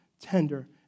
tender